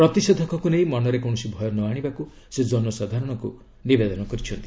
ପ୍ରତିଷେଧକକୁ ନେଇ ମନରେ କୌଣସି ଭୟ ନ ଆଣିବାକୁ ସେ ଜନସାଧାରଣଙ୍କୁ ନିବେଦନ କରିଛନ୍ତି